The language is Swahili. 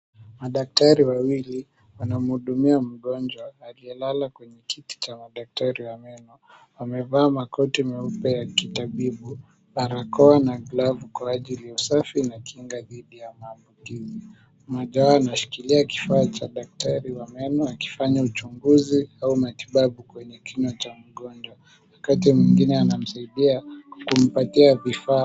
Madaktari wawili wanamhudumia mgonjwa aliyelala kwenye kiti cha madaktari wa meno. Wamevaa makoti meupe ya kitabibu, barakoa na glavu, kwa ajili ya usafi na kinga dhidi ya maambukizi. Mmoja wao anashikilia kifaa cha daktari wa meno akifanya uchunguzi au matibabu kwenye kinywa cha mgonjwa, wakati mwingine anamsaidia kumpatia vifaa.